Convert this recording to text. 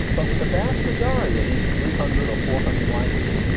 but with the vast majority of these three hundred or four hundred languages,